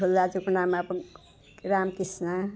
ठुल्दाजुको नाम अब रामकृष्ण